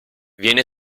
viene